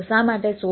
તો શા માટે soap